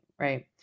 right